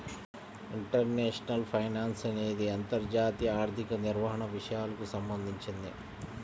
international finance అనేది అంతర్జాతీయ ఆర్థిక నిర్వహణ విషయాలకు సంబంధించింది